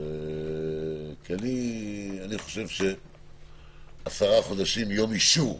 אני חושב 10 חודשים מיום האישור.